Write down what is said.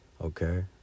okay